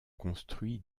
construit